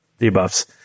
debuffs